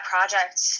project